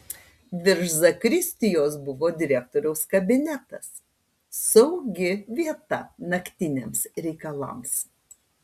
virš zakristijos buvo direktoriaus kabinetas saugi vieta naktiniams reikalams